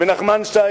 ונחמן שי,